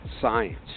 science